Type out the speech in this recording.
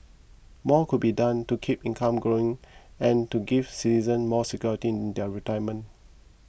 more could be done to keep income growing and to give citizen more security in their retirement